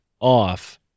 off